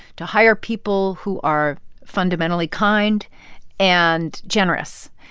to hire people who are fundamentally kind and generous.